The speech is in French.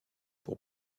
pour